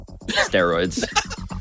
Steroids